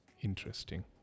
interesting